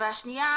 והשנייה,